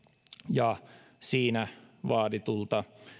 ja siinä vaaditulta